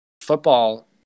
football